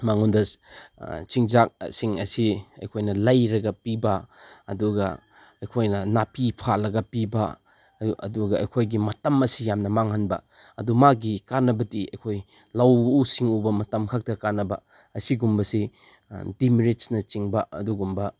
ꯃꯉꯣꯟꯗ ꯆꯤꯟꯖꯥꯛꯁꯤꯡ ꯑꯁꯤ ꯑꯩꯈꯣꯏꯅ ꯂꯩꯔꯒ ꯄꯤꯕ ꯑꯗꯨꯒ ꯑꯩꯈꯣꯏꯅ ꯅꯥꯄꯤ ꯐꯥꯜꯂꯒ ꯄꯤꯕ ꯑꯗꯨꯒ ꯑꯩꯈꯣꯏꯒꯤ ꯃꯇꯝ ꯑꯁꯤ ꯌꯥꯝꯅ ꯃꯥꯡꯍꯟꯕ ꯑꯗꯨ ꯃꯥꯒꯤ ꯀꯥꯟꯅꯕꯗꯤ ꯑꯩꯈꯣꯏ ꯂꯧꯎ ꯁꯤꯡꯎꯕ ꯃꯇꯝ ꯈꯛꯇ ꯀꯥꯟꯅꯕ ꯑꯁꯤꯒꯨꯝꯕꯁꯤ ꯗꯤꯃꯦꯔꯤꯠꯁꯅꯆꯤꯡꯕ ꯑꯗꯨꯒꯨꯝꯕ